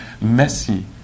messy